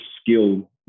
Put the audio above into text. skill